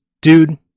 Dude